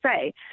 say